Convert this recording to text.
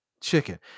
chicken